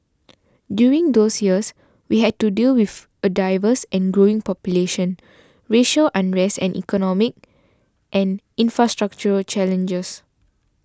during those years we had to deal with a diverse and growing population racial unrest and economic and infrastructural challenges